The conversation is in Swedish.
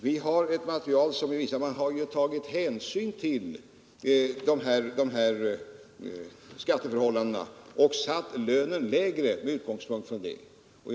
Vi har ett material som visar att man har tagit hänsyn till dessa skatteförhållanden och satt lönen lägre med hänsyn till dem.